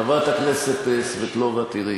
חברת הכנסת סבטלובה, תראי,